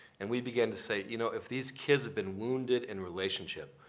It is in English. and we began to say, you know, if these kids have been wounded in relationship,